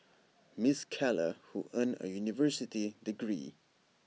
miss Keller who earned A university degree